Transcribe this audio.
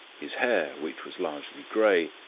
his hair, which was largely grey,